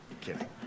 kidding